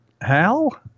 Hal